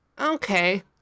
Okay